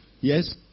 Yes